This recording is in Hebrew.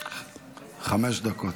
חמש דקות.